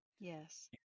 yes